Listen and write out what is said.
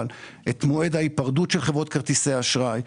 את מועד ההיפרדות של חברות כרטיסי האשראי,